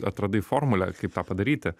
atradai formulę kaip tą padaryti